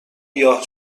گیاه